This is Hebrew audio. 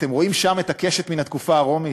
אתם רואים שם את הקשת מן התקופה הרומית?